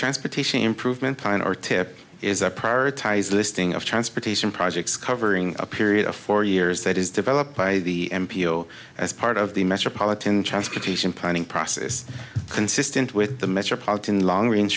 transportation improvement plan or tip is a prioritized listing of transportation projects covering a period of four years that is developed by the m p o as part of the metropolitan transportation planning process consistent with the metropolitan long range